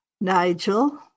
Nigel